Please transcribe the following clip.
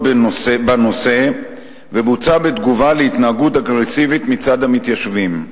בנושא ובוצע בתגובה על התנהגות אגרסיבית מצד המתיישבים.